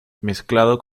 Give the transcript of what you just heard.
mezclado